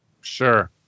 Sure